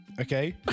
okay